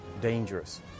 dangerous